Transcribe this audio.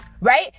right